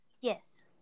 Yes